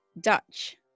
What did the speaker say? Dutch